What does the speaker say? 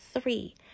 three